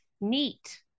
neat